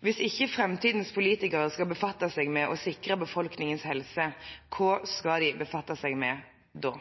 Hvis ikke framtidens politikere skal befatte seg med å sikre befolkningens helse, hva skal de befatte seg med da?